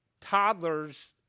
toddlers